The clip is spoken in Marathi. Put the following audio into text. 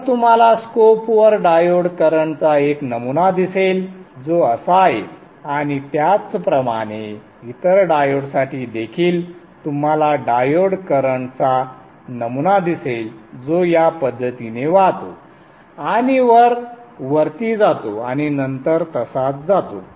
तर तुम्हाला स्कोप वर डायोड करंटचा एक नमुना दिसेल जो असा आहे आणि त्याचप्रमाणे इतर डायोडसाठी देखील तुम्हाला डायोड करंटचा नमुना दिसेल जो या पद्धतीने वाहतो आणि वर वरती जातो आणि नंतर तसाच जातो